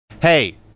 Hey